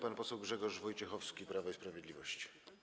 Pan poseł Grzegorz Wojciechowski, Prawo i Sprawiedliwość.